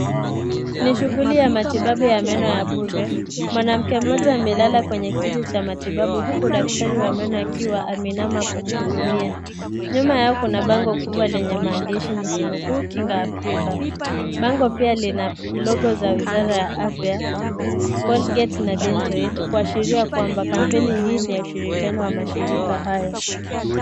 Ni shughuli ya matibabu ya meno ya bure mwanamke mmoja amelala kwenye kiti cha matibabu huku daktari wa meno akiwa ameinama kumhudumia nyuma yao kuna bango kubwa lenye maandishi nikinukuu"kinga Africa" bango pia lina logo za wizara ya afya Colgate na Dentoed kuashiria kwamba kampeni hii ni ya shirikiano ya mashirika haya.